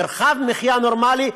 מרחב מחיה נורמלי,